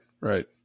Right